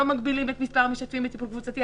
לא מגבילים את מספר המשתתפים בטיפול קבוצתי,